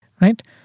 Right